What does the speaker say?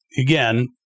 Again